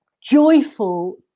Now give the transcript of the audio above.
joyful